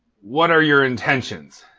what are your intentions?